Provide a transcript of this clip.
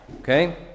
Okay